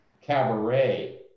cabaret